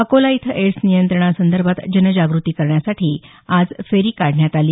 अकोला इथं एडस नियंत्रणासंदर्भात जनजागृती करण्यासाठी आज फेरी काढण्यात आली